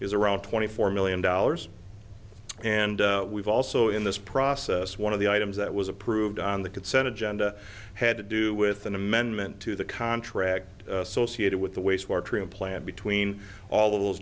is around twenty four million dollars and we've also in this process one of the items that was approved on the consent of genda had to do with an amendment to the contract associated with the wastewater treatment plant between all of those